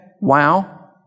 wow